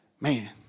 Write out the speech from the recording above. man